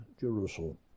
Jerusalem